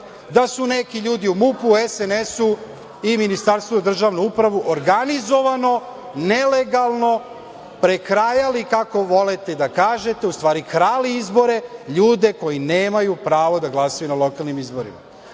da su neki ljudi u MUP-u, SNS-u i Ministarstvu za državnu upravu organizovano, nelegalno prekrajali, kako volite da kažete, u stvari, krali izbore, ljude koji nemaju pravo da glasaju na lokalnim izborima? Da